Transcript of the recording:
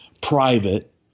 private